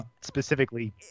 specifically